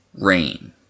rain